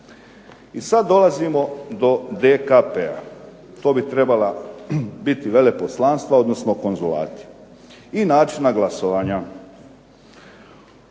I sad dolazimo do DKP-a. To bi trebala biti veleposlanstva, odnosno konzulati i načina glasovanja.